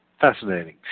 Fascinating